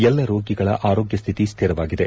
ಎಲ್ಲ ರೋಗಿಗಳ ಆರೋಗ್ಯ ಸ್ಥಿತಿ ಸ್ಥಿರವಾಗಿದೆ